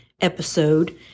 episode